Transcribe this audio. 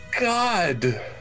God